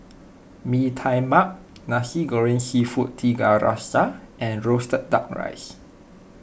Mee Tai Mak Nasi Goreng Seafood Tiga Rasa and Roasted Duck Rice